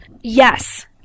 yes